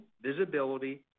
visibility